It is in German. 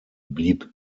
blieb